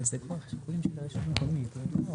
אנחנו חושבים שהוא נכון וראוי.